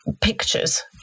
pictures